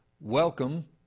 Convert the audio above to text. Welcome